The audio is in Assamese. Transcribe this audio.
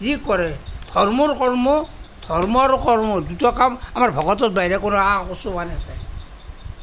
যি কৰে ধৰ্মৰ কৰ্ম ধৰ্ম আৰু কৰ্ম দুটা কাম আমাৰ ভকতৰ দ্বাৰ কৰা